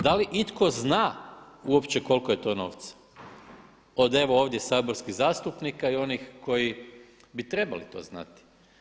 Da li itko zna uopće koliko je to novca od evo ovdje saborskih zastupnika i onih koji bi trebali to znati?